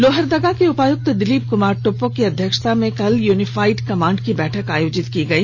लोहरदगा उपायुक्त दिलीप कुमार टोप्पो की अध्यक्षता में कल यूनीफाईड कमाण्ड की बैठक आयोजित हई